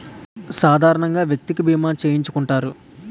సాధారణంగా వ్యక్తికి బీమా చేయించుకుంటారు